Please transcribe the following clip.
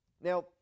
Now